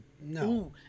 no